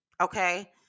okay